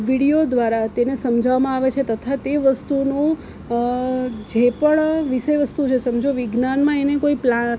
video દ્વારા તેને સમજાવામાં અવે છે તથા તે વસ્તુનુ જે પણ વિષય વસ્તુ છે સમજો વિજ્ઞાનમાં એને કોઈ પ્લા